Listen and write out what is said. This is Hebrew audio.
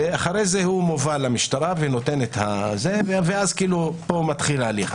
ואחרי זה מובא למשטרה ואז פה מתחל ההליך.